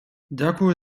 дякую